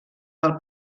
del